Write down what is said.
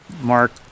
Mark